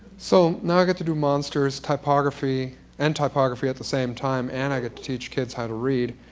so now i get to do monsters typography and topography at the same time, and i get to teach kids how to read,